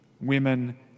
women